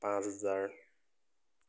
পাঁচ হাজাৰ